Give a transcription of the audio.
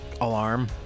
alarm